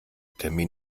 termin